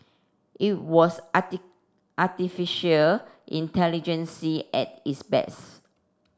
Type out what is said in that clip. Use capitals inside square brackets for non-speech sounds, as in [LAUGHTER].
it was [UNINTELLIGIBLE] artificial intelligence at its best